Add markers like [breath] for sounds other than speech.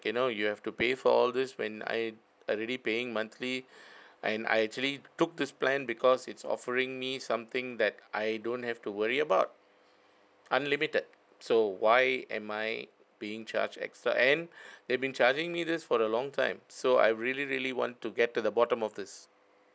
you know you have to pay for all this when I already paying monthly [breath] and I actually took this plan because it's offering me something that I don't have to worry about unlimited so why am I being charged extra and they've been charging me this for a long time so I really really want to get to the bottom of this